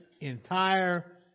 entire